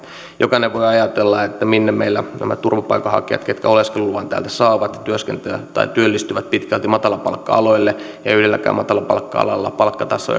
jokainen voi ajatella että meillä nämä turvapaikanhakijat ketkä oleskeluluvan täältä saavat työskentelevät tai työllistyvät pitkälti matalapalkka aloille ja yhdelläkään matalapalkka alalla palkkataso